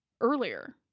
earlier